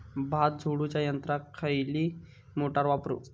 भात झोडूच्या यंत्राक खयली मोटार वापरू?